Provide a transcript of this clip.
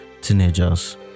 teenagers